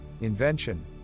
invention